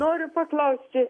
noriu paklausti